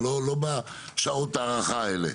לא בשעות האלה.